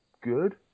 good